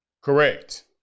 Correct